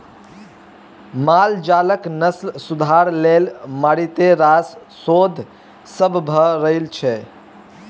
माल जालक नस्ल सुधार लेल मारिते रास शोध सब भ रहल छै